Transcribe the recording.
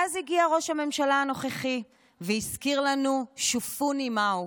ואז הגיע ראש הממשלה הנוכחי והזכיר לנו "שופוני" מהו.